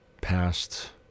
past